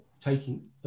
taking